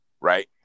Right